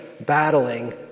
battling